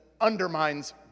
undermines